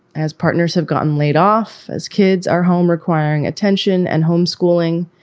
as partners have gotten laid off, as kids are home requiring attention and home schooling,